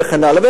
וכן הלאה.